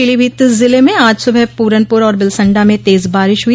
पीलीभीत जिले में आज सुबह पूरनपुर और बिलसंडा में तेज बारिश हुई